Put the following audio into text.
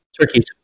turkeys